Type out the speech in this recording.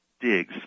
digs